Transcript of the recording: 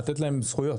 לתת להם זכויות.